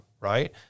right